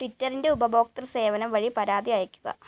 ട്വിറ്ററിൻ്റെ ഉപഭോക്തൃ സേവനം വഴി പരാതി അയയ്ക്കുക